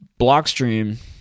Blockstream